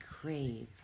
crave